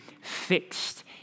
fixed